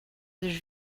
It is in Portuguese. das